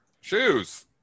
Shoes